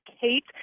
Kate